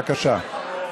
בבקשה.